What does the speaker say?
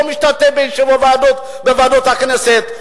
הוא לא משתתף בישיבות בוועדות הכנסת.